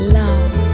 love